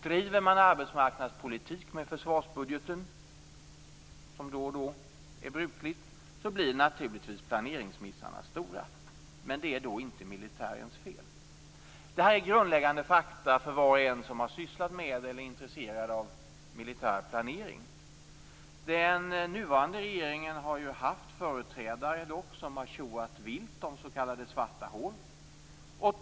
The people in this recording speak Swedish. Driver man arbetsmarknadspolitik med försvarsbudgeten, som då och då är brukligt, blir naturligtvis planeringsmissarna stora. Men det är då inte militärens fel. Detta är grundläggande fakta för var och en som har sysslat med eller är intresserad av militär planering. Den nuvarande regeringen har dock haft företrädare som har tjoat vilt om s.k. svarta hål.